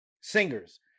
singers